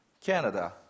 Canada